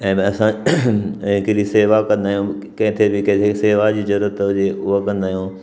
ऐं ॿिए असां ऐं कॾी शेवा कंदा आहियूं किथे बि कंहिंखे शेवा जी ज़रूरत हुजे उहा कंदा आहियूं